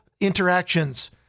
interactions